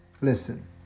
Listen